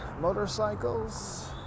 motorcycles